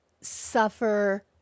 suffer